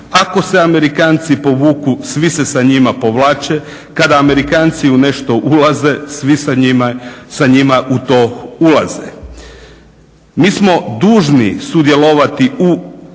Ako se Amerikanci povuku svi se sa njima povlače. Kada Amerikanci u nešto ulaze svi sa njima u to ulaze. Mi smo dužni sudjelovati u